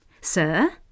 Sir